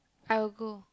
I'll go